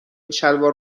شلوار